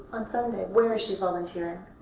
on sunday. where is she volunteering?